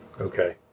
Okay